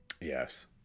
Yes